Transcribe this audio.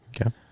Okay